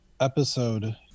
episode